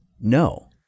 no